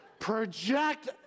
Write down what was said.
Project